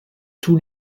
tous